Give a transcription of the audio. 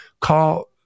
call